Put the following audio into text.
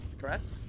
correct